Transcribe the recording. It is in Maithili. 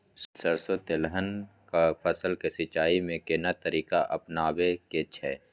सरसो तेलहनक फसल के सिंचाई में केना तरीका अपनाबे के छै?